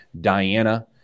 Diana